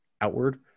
outward